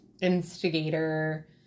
instigator